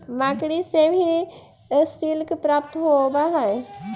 मकड़ि से भी सिल्क प्राप्त होवऽ हई